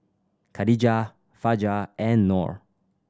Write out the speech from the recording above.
Khadija Fajar and Nor